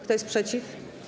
Kto jest przeciw?